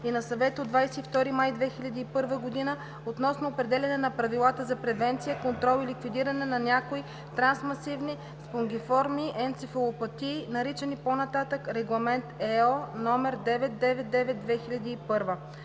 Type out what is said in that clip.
и на Съвета от 22 май 2001 г. относно определяне на правила за превенция, контрол и ликвидиране на някои трансмисивни спонгиформни енцефалопатии, наричан по-нататък „Регламент (ЕО) № 999/2001”;